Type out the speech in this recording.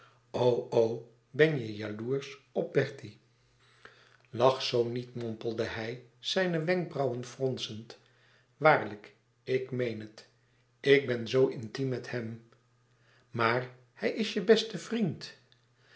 o ben je jaloersch op bertie lach zoo niet mompelde hij zijne wenkbrauwen fronsend waarlijk ik meen het je bent zoo intiem met hem maar hij is je beste vriend